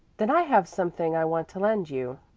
then i have something i want to lend you.